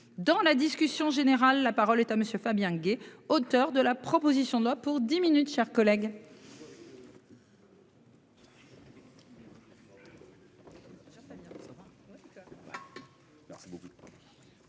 dans la discussion générale. La parole est à monsieur Fabien Gay, auteur de la proposition de loi pour 10 minutes, chers collègues.